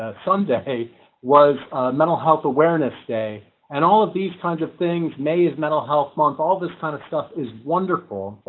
ah sunday was mental health awareness day and all of these kinds of things may is mental health month all this kind of stuff is wonderful